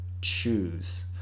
choose